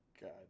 God